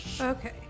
Okay